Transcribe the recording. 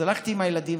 אז הלכתי עם הילדים,